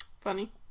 Funny